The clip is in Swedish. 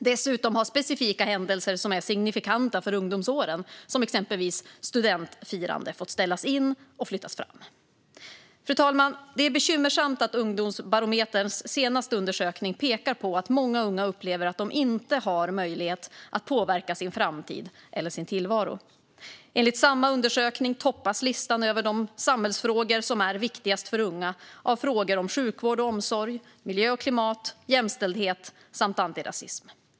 Dessutom har specifika händelser som är signifikanta för ungdomsåren, exempelvis studentfirande, fått ställas in och flyttas fram. Fru talman! Det är bekymmersamt att Ungdomsbarometerns senaste undersökning pekar på att många unga upplever att de inte har möjlighet att påverka sin framtid eller sin tillvaro. Enligt samma undersökning toppas listan över de samhällsfrågor som är viktigast för unga av frågor om sjukvård och omsorg, miljö och klimat, jämställdhet samt antirasism.